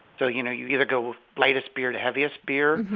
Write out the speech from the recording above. so you know you either go lightest beer to heaviest beer,